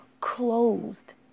closed